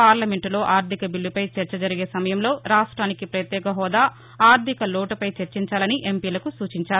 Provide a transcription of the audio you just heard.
పార్లమెంటులో ఆర్దిక బిల్లపై జరిగే చర్చలో రాష్టానికి ప్రత్యేక హోదా ఆర్దిక లోటుపై చర్చించాలని ఎంపీలకు సూచించారు